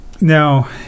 Now